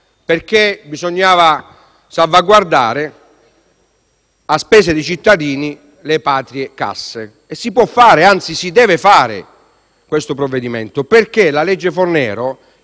perché bisognava salvaguardare, a spese dei cittadini, le patrie casse. Si può fare e anzi si deve fare questo provvedimento, perché la legge Fornero